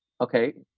okay